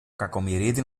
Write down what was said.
κακομοιρίδη